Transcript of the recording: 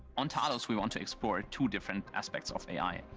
on talos, we want to explore two different aspects of a i.